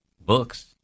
books